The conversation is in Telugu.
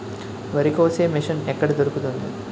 వరి కోసే మిషన్ ఎక్కడ దొరుకుతుంది?